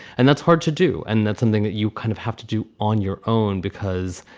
and that's hard to do. and that's something that you kind of have to do on your own, because,